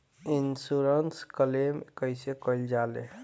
Insurance claim कइसे कइल जा ले?